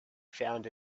found